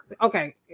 Okay